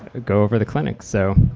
ah go over the clinic. so